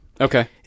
Okay